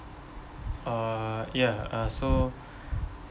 uh ya uh so